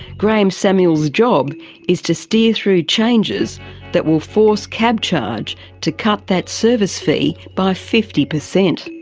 graeme samuel's job is to steer through changes that will force cabcharge to cut that service fee by fifty percent.